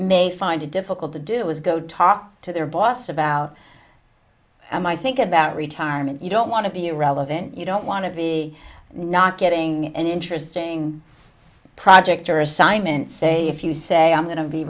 may find it difficult to do is go talk to their boss about them i think about retirement you don't want to be irrelevant you don't want to be not getting an interesting project or assignment say if you say i'm going to be